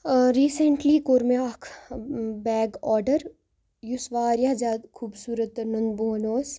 recently کوٚر مےٚ اکھ بیگ آرڈر یُس واریاہ زیادٕ خوٗبصوٗرت تہٕ نُن بون اوس